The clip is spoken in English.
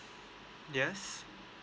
yes